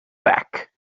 back